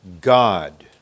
God